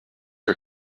are